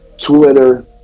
twitter